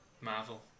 Marvel